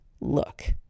look